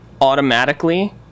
automatically